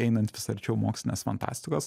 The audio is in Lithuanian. einant vis arčiau mokslinės fantastikos